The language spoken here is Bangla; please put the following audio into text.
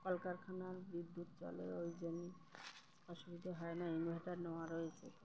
কলকারখানার বিদ্যুৎ চলে ওই জন্য অসুবিধে হয় না ইনভার্টার নেওয়া রয়েছে